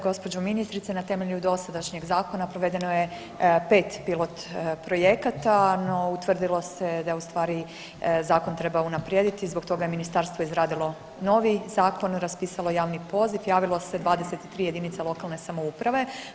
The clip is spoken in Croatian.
Gospođo ministrice na temelju dosadašnjeg zakona provedeno je 5 pilot projekata, no utvrdilo se da u stvari zakon treba unaprijediti i zbog toga je ministarstvo izradilo novi zakon, raspisalo javni poziv, javilo se 22 jedinice lokalne samouprave.